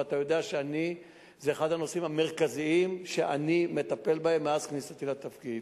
זה אחד הנושאים המרכזיים שאני מטפל בהם מאז כניסתי לתפקיד.